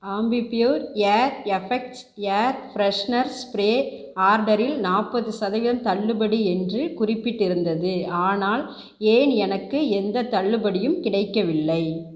Ambi Pur air effects air freshener spray ஆர்டரில் நாற்பது சதவீதம் தள்ளுபடி என்று குறிப்பிட்டிருந்தது ஆனால் ஏன் எனக்கு எந்தத் தள்ளுபடியும் கிடைக்கவில்லை